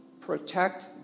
protect